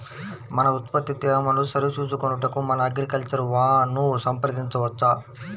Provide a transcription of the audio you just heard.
మన ఉత్పత్తి తేమను సరిచూచుకొనుటకు మన అగ్రికల్చర్ వా ను సంప్రదించవచ్చా?